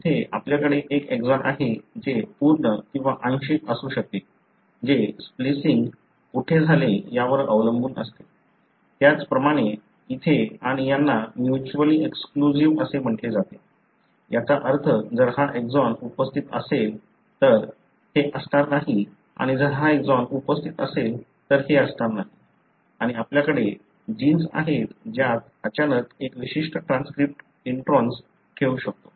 येथे आपल्याकडे एक एक्सॉन आहे जे पूर्ण किंवा आंशिक असू शकते जे स्प्लिसिन्ग कोठे झाले यावर अवलंबून असते त्याचप्रमाणे येथे आणि त्यांना म्युचवली एक्सक्लुसिव्ह असे म्हटले जाते याचा अर्थ जर हा एक्सॉन उपस्थित असेल तर हे असणार नाही आणि जर हा एक्सॉन उपस्थित असेल तर हे असणार नाही आणि आपल्याकडे जिन्स आहेत ज्यात अचानक एक विशिष्ट ट्रान्सक्रिप्ट इंट्रोन्स ठेवू शकतो